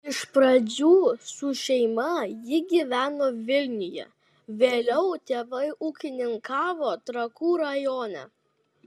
iš pradžių su šeima ji gyveno vilniuje vėliau tėvai ūkininkavo trakų rajone